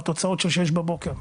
בתוצאות של 6:00 בבוקר,